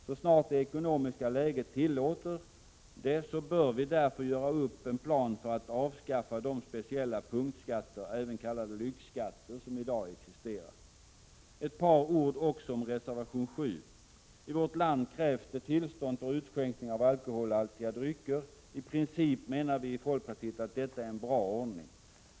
Så snart det ekonomiska läget tillåter det bör vi därför göra upp en plan för att avskaffa de speciella punktskatter, även kallade lyxskatter, som i dag existerar. Ett par ord också om reservation 7. I vårt land krävs tillstånd för utskänkning av alkoholhaltiga drycker. I princip, menar vi i folkpartiet, är detta en bra ordning.